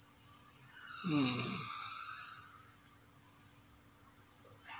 mm